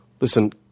Listen